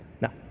Now